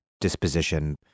disposition